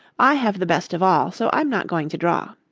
i have the best of all, so i'm not going to draw.